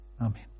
Amen